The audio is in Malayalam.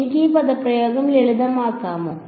എനിക്ക് ഈ പദപ്രയോഗം ലളിതമാക്കാമോ